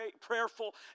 prayerful